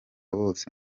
bose